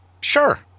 sure